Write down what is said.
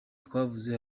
twavuze